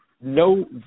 no